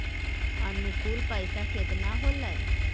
अनुकुल पैसा केतना होलय